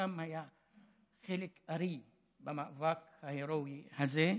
חלקם היו חלק הארי במאבק ההרואי הזה,